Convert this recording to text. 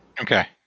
Okay